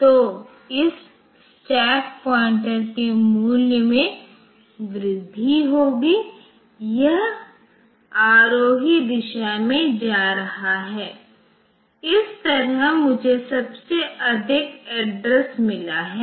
तो इस stack pointer के मूल्य में वृद्धि होगी यह आरोही दिशा में जा रहा है इस तरफ मुझे सबसे अधिक एड्रेस मिला है